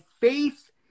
faith